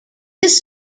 this